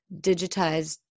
digitized